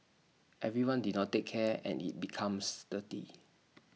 everyone did not take care and IT becomes dirty